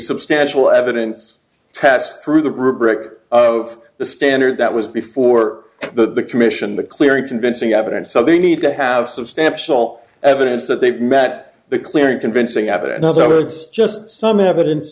substantial evidence pass through the rubric of the standard that was before the commission the clear and convincing evidence so they need to have substantial evidence that they've met the clear and convincing evidence so it's just some evidence